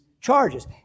charges